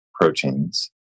proteins